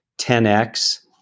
10x